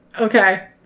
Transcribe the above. Okay